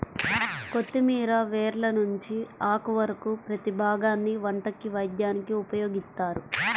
కొత్తిమీర వేర్ల నుంచి ఆకు వరకు ప్రతీ భాగాన్ని వంటకి, వైద్యానికి ఉపయోగిత్తారు